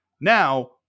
Now